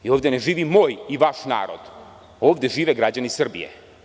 Jer, ovde ne živi moj i vaš narod, ovde žive građani Srbije.